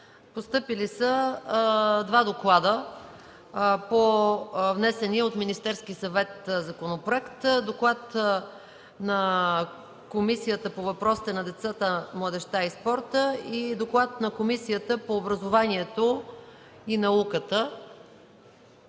Постъпили са два доклада по внесения от Министерския съвет законопроект –на Комисията по въпросите на децата, младежта и спорта и на Комисията по образованието и науката.